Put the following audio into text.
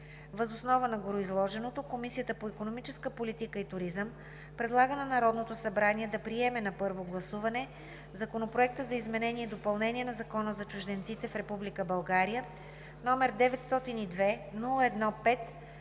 Въз основа на гореизложеното Комисията по икономическа политика и туризъм предлага на Народното събрание да приеме на първо гласуване Законопроект за изменение и допълнение на Закона за чужденците в Република България, № 902-01-5,